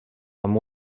amb